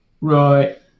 Right